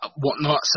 whatnot